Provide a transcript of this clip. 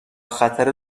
خطر